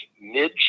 mid